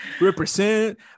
represent